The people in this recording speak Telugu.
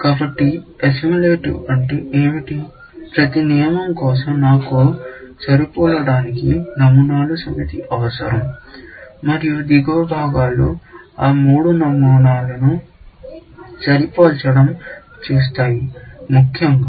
కాబట్టి అస్సిమిలేటివ్ అంటే ఏమిటి ప్రతి నియమం కోసం నాకు సరిపోలడానికి నమూనాల సమితి అవసరం మరియు దిగువ భాగాలు ఆ మూడు నమూనాలను సరిపోల్చడం చూస్తాయి ముఖ్యంగా